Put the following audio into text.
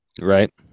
right